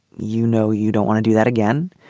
you know, you don't want to do that again.